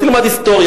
תלמד היסטוריה.